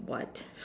what